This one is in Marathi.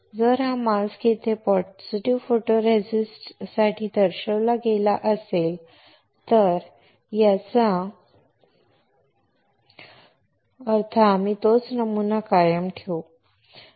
जर हा मुखवटा येथे पॉझिटिव्ह फोटोरेसिस्ट साठी दर्शविला गेला असेल तर आम्ही तोच नमुना कायम ठेवू